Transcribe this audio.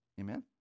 Amen